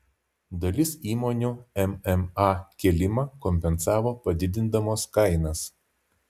dalis įmonių mma kėlimą kompensavo padidindamos kainas